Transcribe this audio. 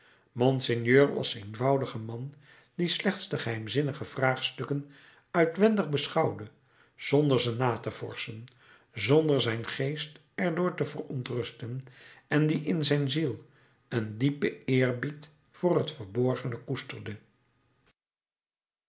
monseigneur was eenvoudig een man die slechts de geheimzinnige vraagstukken uitwendig aanschouwde zonder ze na te vorschen zonder zijn geest er door te verontrusten en die in zijn ziel een diepen eerbied voor het verborgene koesterde